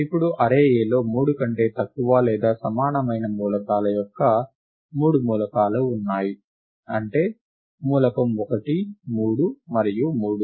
ఇప్పుడు అర్రే Aలో 3 కంటే తక్కువ లేదా సమానమైన మూలకాల యొక్క మూడు మూలకాలు ఉన్నాయి అంటే మూలకం 1 3 మరియు 3